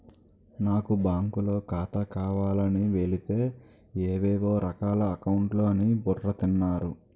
నాకు బాంకులో ఖాతా కావాలని వెలితే ఏవేవో రకాల అకౌంట్లు అని బుర్ర తిన్నారు